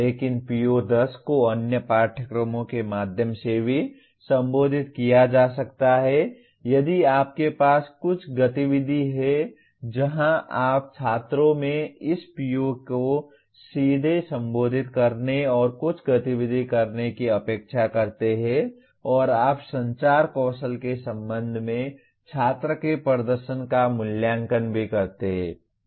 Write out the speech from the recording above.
लेकिन PO10 को अन्य पाठ्यक्रमों के माध्यम से भी संबोधित किया जा सकता है यदि आपके पास कुछ गतिविधि है जहाँ आप छात्रों से इस PO को सीधे संबोधित करने और कुछ गतिविधि करने की अपेक्षा करते हैं और आप संचार कौशल के संबंध में छात्र के प्रदर्शन का मूल्यांकन भी करते हैं